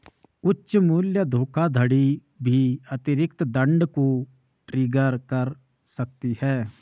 उच्च मूल्य धोखाधड़ी भी अतिरिक्त दंड को ट्रिगर कर सकती है